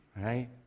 right